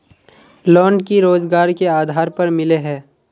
Loan की रोजगार के आधार पर मिले है?